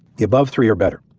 the above three are better.